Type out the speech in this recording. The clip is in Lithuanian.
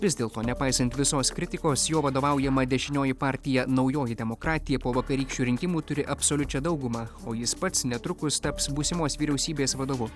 vis dėlto nepaisant visos kritikos jo vadovaujama dešinioji partija naujoji demokratija po vakarykščių rinkimų turi absoliučią daugumą o jis pats netrukus taps būsimos vyriausybės vadovu